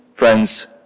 Friends